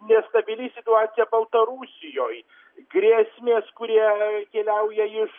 nestabili situacija baltarusijoj grėsmės kurie keliauja iš